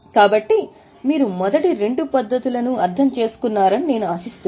కాబట్టి మీరు మొదటి రెండు పద్ధతులను అర్థం చేసుకున్నారని నేను ఆశిస్తున్నాను